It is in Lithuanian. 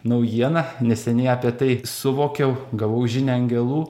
naujiena neseniai apie tai suvokiau gavau žinią angelų